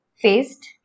faced